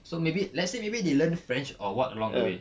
so maybe let's say maybe they learn french or what along the way